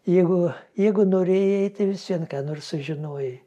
jeigu jeigu norėjai tai vis vien ką nors sužinojai